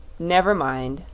never mind,